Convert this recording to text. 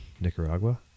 Nicaragua